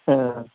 অঁ